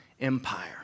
Empire